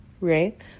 right